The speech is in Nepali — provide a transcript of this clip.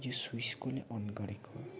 यो स्विच कसले अन गरेको